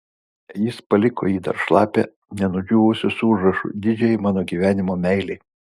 jis paliko jį dar šlapią nenudžiūvusį su užrašu didžiajai mano gyvenimo meilei